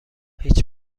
هیچ